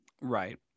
Right